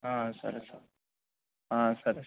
సరే సార్ సరే సార్